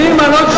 33 בעד,